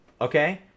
okay